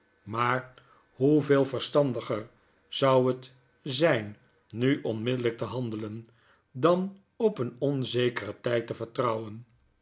maar hoeveel verstandiger zou het zgn nuonmiddellgk te handelen dan op een onzekeren tijd te vertrouwen